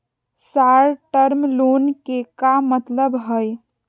Short term loan के का मतलब हई?